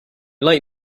late